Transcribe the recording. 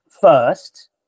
first